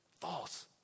False